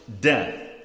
death